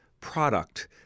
product